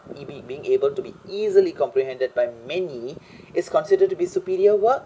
it be being able to be easily comprehended by many is considered to be superior work